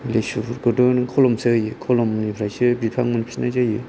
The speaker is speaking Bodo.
लिसुफोरखौथ नों खोलोमसो होयो खोलोमनिफ्रायसो बिफां मोनफिननाय जायो